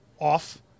off